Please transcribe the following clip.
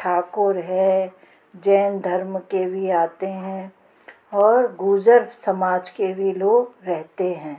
ठाकुर है जैन धर्म के भी आते हैं और गुर्जर समाज के भी लोग रहते हैं